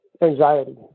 anxiety